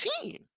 team